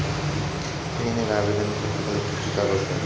ঋণের আবেদন করতে গেলে কি কি কাগজ লাগে?